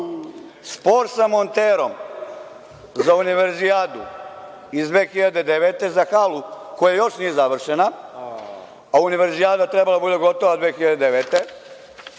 Spor sa „Monterom“ za Univerzijadu iz 2009. godine za halu koja još nije završena, a Univerzijada trebala da bude gotova 2009.